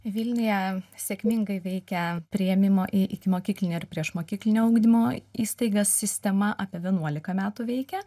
vilniuje sėkmingai veikia priėmimo į ikimokyklinio ir priešmokyklinio ugdymo įstaigas sistema apie vienuolika metų veikia